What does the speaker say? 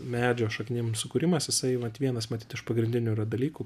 medžio šaknim sukūrimasis jisai vat vienas matyt iš pagrindinių yra dalykų